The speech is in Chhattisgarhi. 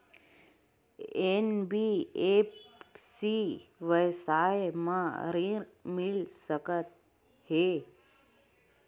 एन.बी.एफ.सी व्यवसाय मा ऋण मिल सकत हे